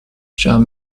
جمع